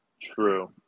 True